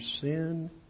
sin